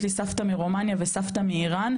יש לי סבתא מרומניה וסבתא מאיראן,